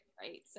right